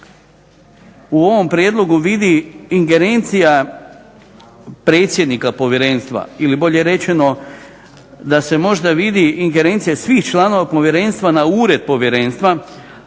u ovom prijedlogu vidi ingerencija predsjednika povjerenstva ili bolje rečeno da se možda vidi ingerencija svih članova povjerenstva na Ured povjerenstva,